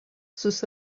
sus